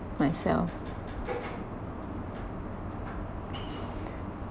myself